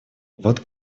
вот